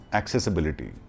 accessibility